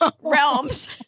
realms